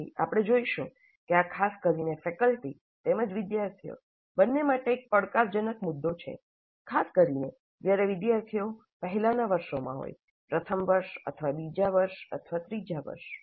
પછીથી આપણે જોઇશું કે આ ખાસ કરીને ફેકલ્ટી તેમજ વિદ્યાર્થીઓ બંને માટે એક પડકારજનક મુદ્દો છે ખાસ કરીને જ્યારે વિદ્યાર્થીઓ પહેલાનાં વર્ષોમાં હોય પ્રથમ વર્ષ અથવા બીજા વર્ષ અથવા ત્રીજા વર્ષ